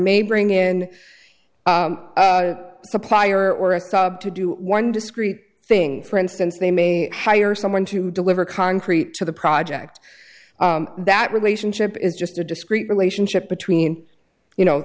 may bring in a supplier or a sub to do one discrete thing for instance they may hire someone to deliver concrete to the project that relationship is just a discrete relationship between you know